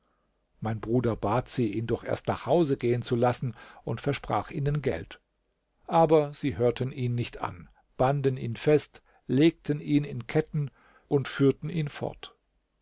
mein bruder bat sie ihn doch erst nach hause gehen zu lassen und versprach ihnen geld aber sie hörten ihn nicht an banden ihn fest legten ihn in ketten und führten ihn fort